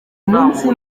munsi